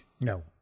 No